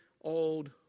old